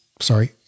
sorry